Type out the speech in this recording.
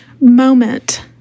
moment